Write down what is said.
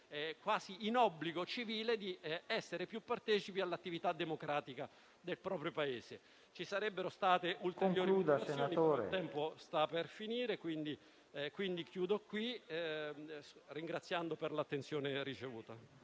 quasi in obbligo civile di essere più partecipi all'attività democratica del proprio Paese. Ci sarebbero state ulteriori questioni, ma il tempo sta per finire, quindi concludo il mio intervento ringraziando per l'attenzione ricevuta.